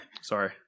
Sorry